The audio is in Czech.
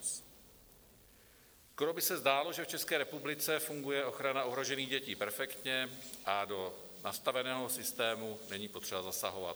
Skoro by se zdálo, že v České republice funguje ochrana ohrožených dětí perfektně a do nastaveného systému není potřeba zasahovat.